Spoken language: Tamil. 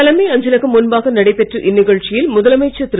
தலைமை அஞ்சலகம் முன்பாக நடைபெற்ற இந்நிகழ்ச்சியில் முதலமைச்சர் திரு